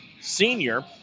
senior